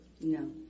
No